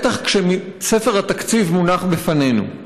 בטח כשספר התקציב מונח לפנינו.